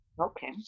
Okay